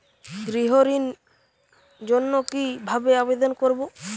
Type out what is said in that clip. গৃহ ঋণ জন্য কি ভাবে আবেদন করব?